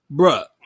Bruh